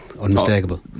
unmistakable